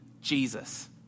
Jesus